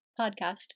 podcast